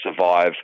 survive